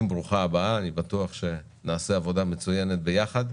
ברוכה הבאה, אני בטוח שנעשה עבודה מצוינת ביחד.